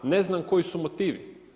Na znam koji su motivi?